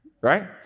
Right